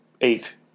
eight